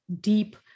deep